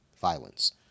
violence